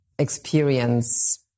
experience